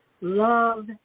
Love